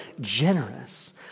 generous